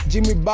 Jimmy